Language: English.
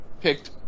picked